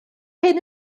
hyn